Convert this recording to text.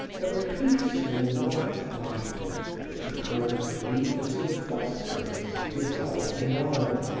a peaceful white light that recalled gleams of phosphorus dissolved in oil.